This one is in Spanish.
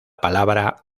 palabra